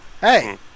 Hey